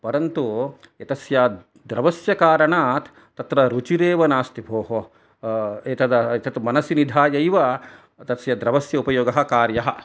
परन्तु तस्य द्रवस्य कारणात् तत्र रुचिरेव नास्ति भोः एतद् मनसि निधायैव तस्य द्रवस्य उपयोगः कार्यः